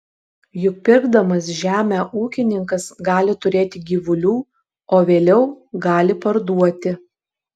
juk pirkdamas žemę ūkininkas gali turėti gyvulių o vėliau gali parduoti